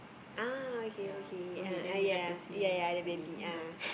ah okay okay ah uh ya ya ya ya the baby ya